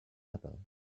other